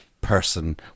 person